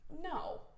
No